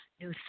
new